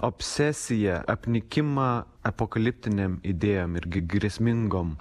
obsesiją apnikimą apokaliptinėm idėjom irgi grėsmingom